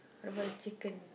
how about the chicken